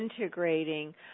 integrating